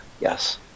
yes